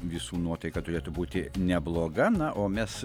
visų nuotaika turėtų būti nebloga na o mes